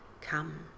Come